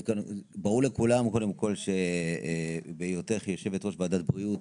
ברור לכולם קודם כל שבהיותך יושבת ראש ועדת בריאות,